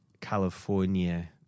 California